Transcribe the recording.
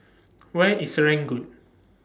Where IS Serangoon